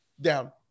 down